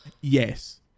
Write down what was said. yes